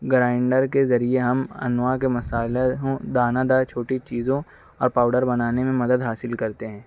grinder کے ذریعے ہم انواع کے مسالہ ہوں دانےدار چھوٹی چیزوں اور پاؤڈر بنانے میں مدد حاصل کرتے ہیں